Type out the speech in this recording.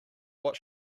what